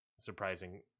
surprising